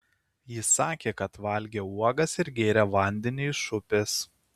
ji sakė kad valgė uogas ir gėrė vandenį iš upės